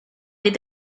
did